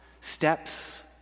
steps